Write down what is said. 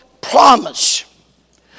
promise